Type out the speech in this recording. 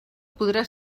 podrà